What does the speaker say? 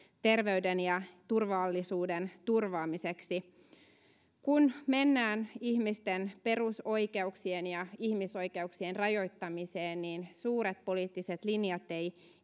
terveyden ja turvallisuuden turvaamiseksi kun mennään ihmisten perusoikeuksien ja ihmisoikeuksien rajoittamiseen niin suuret poliittiset linjat eivät